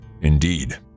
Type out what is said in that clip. Indeed